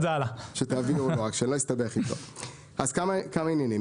כמה עניינים.